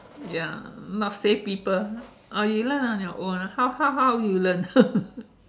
ya must save people ah you learn on your own how how how you learn